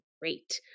great